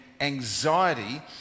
anxiety